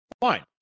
Fine